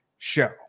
Show